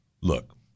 look